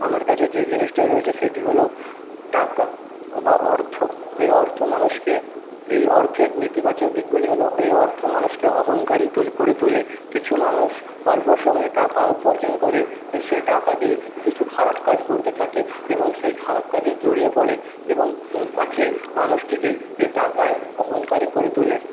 আমার কাছে যে জিনিসটা রয়েছে সেটি হলো টাকা ও বা অর্থ এই অর্থ মানুষকে এই অর্থের নেতিবাচক দিকগুলি হলো এই অর্থ মানুষকে অহংকারী তোলে করে তোলে কিছু মানুষ অল্প সময়ে টাকা উপার্জন করে এ সেই টাকা দিয়ে কিছু খারাপ কাজ করতে থাকে এবং সেই খারাপ কাজে জড়িয়ে পড়ে এবং তাকে মানুষটিকে এই টাকায় অহংকারী করে তোলে